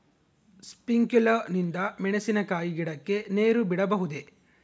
Sprinkler ನಿಂದ ಮೆಣಸಿನಕಾಯಿ ಗಿಡಕ್ಕೆ ನೇರು ಬಿಡಬಹುದೆ?